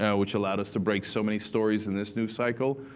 yeah which allowed us to break so many stories in this news cycle.